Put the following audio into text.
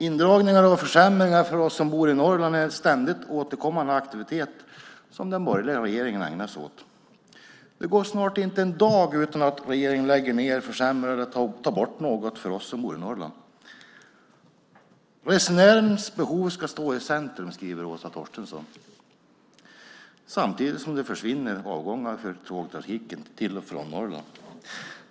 Indragningar och försämringar för oss som bor i Norrland är en ständigt återkommande aktivitet som den borgerliga regeringen ägnar sig åt. Det går nästan inte en dag utan att regeringen lägger ned, försämrar eller tar bort något för oss som bor i Norrland. Resenärens behov ska stå i centrum, skriver Åsa Torstensson. Samtidigt försvinner det avgångar i tågtrafiken till och från Norrland.